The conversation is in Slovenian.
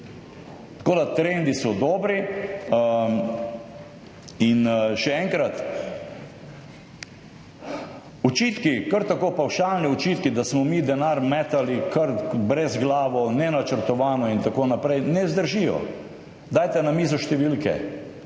Tako da trendi so dobri. Še enkrat, očitki kar tako, pavšalni očitki, da smo mi denar metali kar brezglavo, nenačrtovano in tako naprej, ne zdržijo. Dajte na mizo številke.